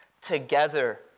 together